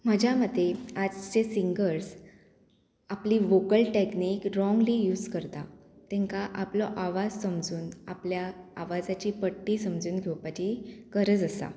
म्हज्या मतेन आजचे सिंगर्स आपली वोकल टॅक्नीक रोंगली यूज करता तेंकां आपलो आवाज समजून आपल्या आवाजाची पट्टी समजून घेवपाची गरज आसा